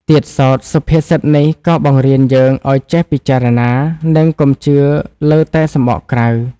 ទៀតសោធសុភាសិតនេះក៏បង្រៀនយើងឱ្យចេះពិចារណា និងកុំជឿលើតែសម្បកក្រៅ។